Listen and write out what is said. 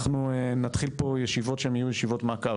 אנחנו נתחיל פה ישיבות שהן יהיו ישיבות מעקב